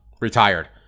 retired